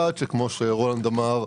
אחד כפי שרולנד אמר,